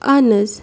اہَن حظ